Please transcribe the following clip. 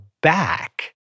back